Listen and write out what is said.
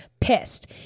pissed